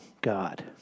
God